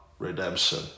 Redemption